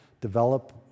develop